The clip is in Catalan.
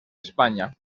espanya